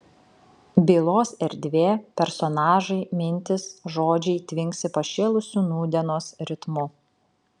bylos erdvė personažai mintys žodžiai tvinksi pašėlusiu nūdienos ritmu